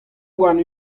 warn